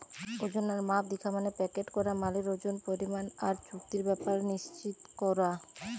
ওজন আর মাপ দিখা মানে প্যাকেট করা মালের ওজন, পরিমাণ আর চুক্তির ব্যাপার নিশ্চিত কোরা